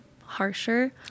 harsher